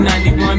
91